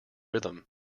rhythm